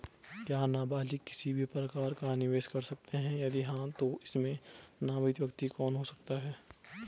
क्या नबालिग किसी भी प्रकार का निवेश कर सकते हैं यदि हाँ तो इसमें नामित व्यक्ति कौन हो सकता हैं?